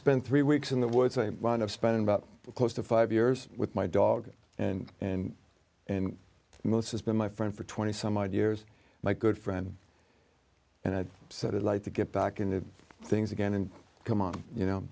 spend three weeks in the woods a run of spending about close to five years with my dog and and and most has been my friend for twenty some odd years my good friend and i sort of like to get back into things again and come on you know